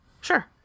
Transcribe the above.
Sure